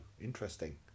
Interesting